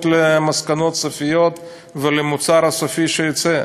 למסקנות סופיות ולמוצר הסופי שיצא.